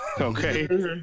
okay